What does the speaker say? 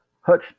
Hutch